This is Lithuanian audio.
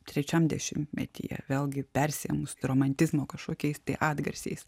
trečiam dešimtmetyje vėlgi persiėmus romantizmo kažkokiais tai atgarsiais